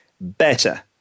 better